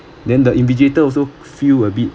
then the invigilator also feel a bit